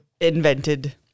invented